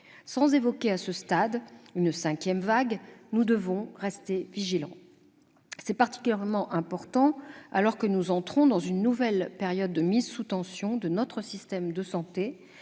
Sans évoquer à ce stade une cinquième vague, nous devons rester vigilants. C'est particulièrement important alors que nous entrons dans une nouvelle période de mise sous tension de notre système de santé